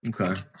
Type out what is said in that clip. Okay